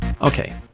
Okay